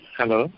Hello